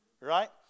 right